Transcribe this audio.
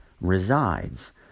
resides